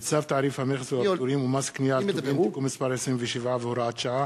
וצו תעריף המכס והפטורים ומס קנייה על טובין (תיקון מס' 27 והוראת שעה),